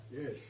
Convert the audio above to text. yes